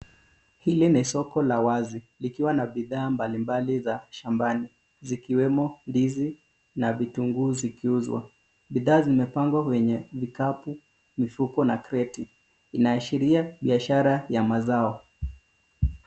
Hili ni soko la wazi likiwa na bidhaa mbalimbali za shambani zikiwemo ndizi na vitunguu zikiuzwa. Bidhaa zimepangwa kwenye vikapu, mifuko na kreti. Inaashiria biashara ya mazao.